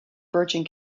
bergen